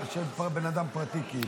זה לא בשליטה של בן אדם פרטי כאילו.